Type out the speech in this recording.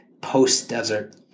post-desert